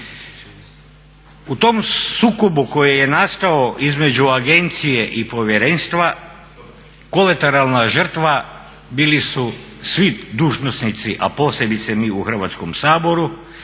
U tom sukobu koji je nastao između agencije i povjerenstva kolateralna žrtva bili su svi dužnosnici, a posebice mi u Hrvatskom saboru